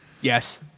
Yes